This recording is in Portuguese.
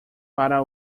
para